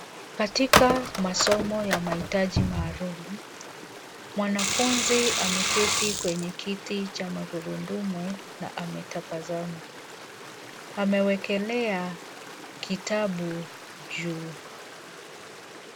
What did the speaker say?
Katika masomo ya mahitaji maalum , mwanafunzi ameketi kwenye kiti cha magurudumu na ametabasamu. Amewekelea kitabu juu.